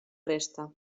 resta